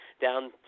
down